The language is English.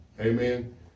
Amen